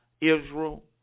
Israel